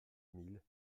mille